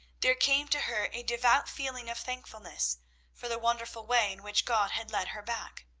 there came to her a devout feeling of thankfulness for the wonderful way in which god had led her back.